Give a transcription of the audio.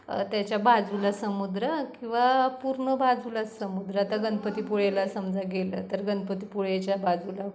त्याच्या बाजूला समुद्र किंवा पूर्ण बाजूला समुद्र आता गणपतीपुळेला समजा गेलं तर गणपतीपुळेच्या बाजूला